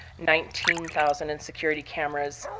nineteen thousand. and security cameras,